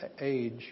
age